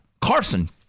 Carson